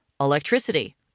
electricity